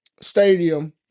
stadium